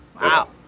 Wow